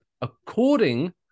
according